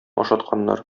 ашатканнар